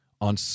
on